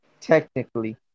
technically